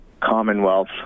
Commonwealth